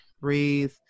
breathe